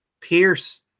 Pierce